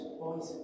boys